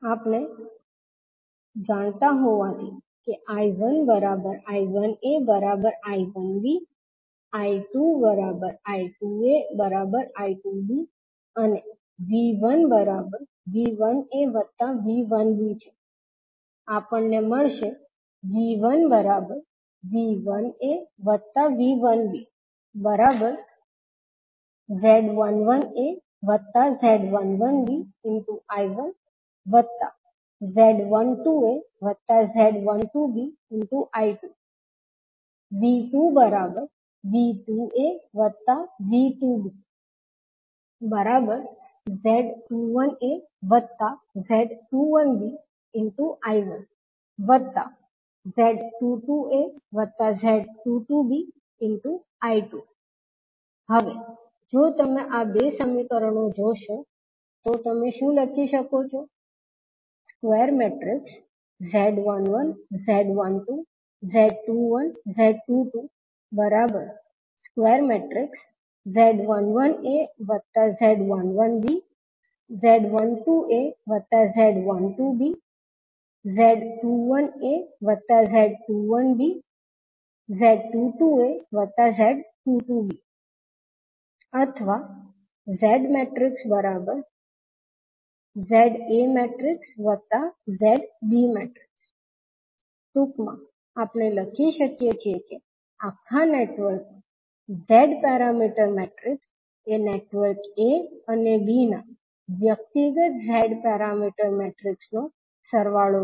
આપણે જાણતા હોવાથી કે 𝐈1 𝐈1𝑎 𝐈1𝑏 𝐈2 𝐈2𝑎 𝐈2𝑏 અને V1V1aV1b છે આપણને મળશે V1V1aV1bZ11aZ11bI1Z12aZ12bI2 V2V2aV2bZ21aZ21bI1Z22aZ22bI2 હવે જો તમે આ 2 સમીકરણો જોશો તો તમે શું લખી શકો છો અથવા ZZaZb ટૂંકમાં આપણે લખી શકીએ છીએ કે આખા નેટવર્કનો Z પેરામીટર મેટ્રિક્સ એ નેટવર્ક a અને b ના વ્યક્તિગત Z પેરામીટર મેટ્રિક્સ નો સરવાળો છે